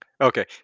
Okay